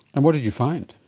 and what did you find?